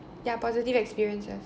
ya positive experiences